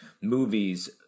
movies